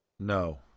No